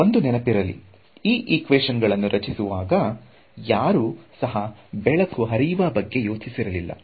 ಒಂದು ನೆನಪಿರಲಿ ಈ ಈಕ್ವೇಶನ್ ಗಳನ್ನು ರಚಿಸುವಾಗ ಯಾರು ಸಹ ಬೆಳಕು ಹರಿಯುವ ಬಗ್ಗೆ ಯೋಚಿಸಿರಲಿಲ್ಲ